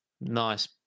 nice